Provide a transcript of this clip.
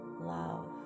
love